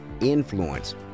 Influence